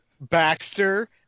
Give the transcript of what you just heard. baxter